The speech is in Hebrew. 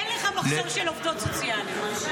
אין לך מחסור בעובדות סוציאליות?